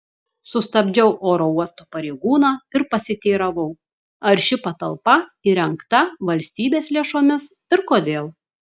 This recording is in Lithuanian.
sustabdžiau oro uosto pareigūną ir pasiteiravau ar ši patalpa įrengta valstybės lėšomis ir kodėl